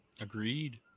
agreed